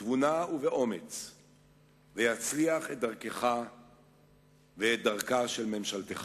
בתבונה וּבאומץ ויצליח את דרכך ואת דרכה של ממשלתך.